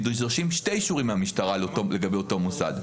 כי נדרשים שני אישורים מהמשטרה לגבי אותו מוסד.